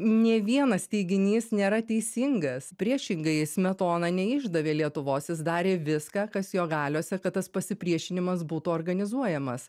nė vienas teiginys nėra teisingas priešingai smetona neišdavė lietuvos jis darė viską kas jo galiose kad tas pasipriešinimas būtų organizuojamas